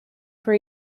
for